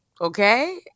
Okay